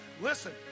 listen